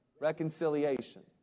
reconciliation